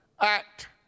act